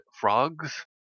frogs